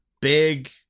big